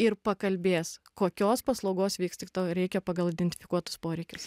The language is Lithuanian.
ir pakalbės kokios paslaugos vyks tik tau reikia pagal identifikuotus poreikius